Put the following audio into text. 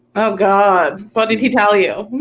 oh, god, what did he tell you,